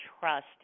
trust